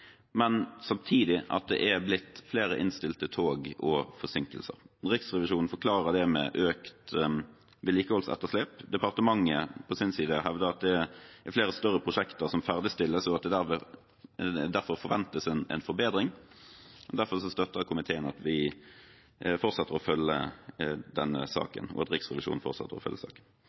men samtidig er det blitt flere innstilte tog og forsinkelser. Riksrevisjonen forklarer dette med økt vedlikeholdsetterslep. Departementet på sin side hevder at det er flere større prosjekter som ferdigstilles, og at det derfor forventes en forbedring. Derfor støtter komiteen at Riksrevisjonen fortsetter å følge saken. Den tredje saken